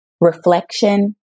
reflection